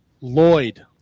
Lloyd